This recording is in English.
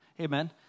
Amen